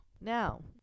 Now